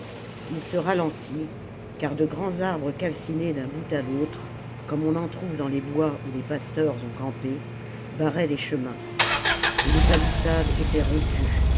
ii se ralentit car de grands arbres calcinés d'un bout à l'autre comme on en trouve dans les bois oii les pasteurs ont campé barraient les chemins et les palissades étaient rompues